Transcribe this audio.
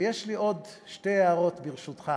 ויש לי עוד שתי הערות, ברשותך.